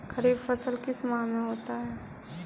खरिफ फसल किस माह में होता है?